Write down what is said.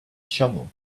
shovel